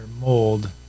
mold